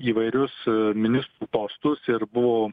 įvairius ministrų postus ir buvo